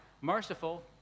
merciful